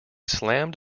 slammed